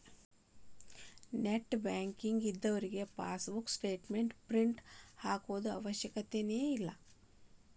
net banking ಇದ್ದೋರಿಗೆ passbook statement print ಹಾಕ್ಸೋ ಅವಶ್ಯಕತೆನ ಇಲ್ಲಾ